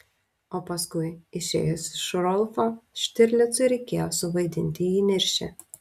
o paskui išėjus iš rolfo štirlicui reikėjo suvaidinti įniršį